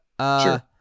Sure